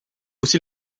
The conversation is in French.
aussi